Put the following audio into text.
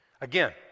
Again